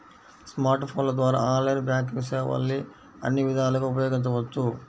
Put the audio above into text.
smart ఫోన్ల ద్వారా online banking సేవల్ని అన్ని విధాలుగా ఉపయోగించవచ్చు